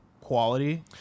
quality